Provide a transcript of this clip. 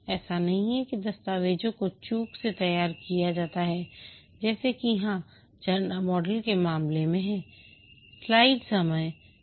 ऐसा नहीं है कि दस्तावेजों को चूक से तैयार किया जाता है जैसा कि हां झरना मॉडल के मामले में है